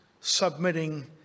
submitting